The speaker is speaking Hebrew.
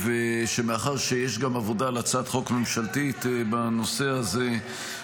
מאחר שיש גם עבודה על הצעת חוק ממשלתית בנושא הזה,